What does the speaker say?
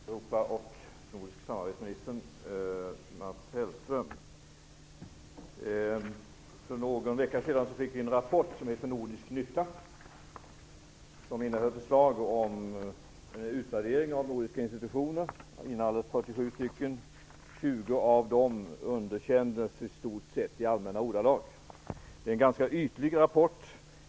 Fru talman! Jag vill ställa en fråga till Europaministern och nordiska samarbetsministern Mats Hellström. För någon vecka sedan fick vi en rapport med titeln Nordisk nytta. Den innehöll förslag till utvärdering av inalles 47 nordiska institutioner. Av dem godkändes i stort sett 20 i allmänna ordalag. Det är en ganska ytlig rapport.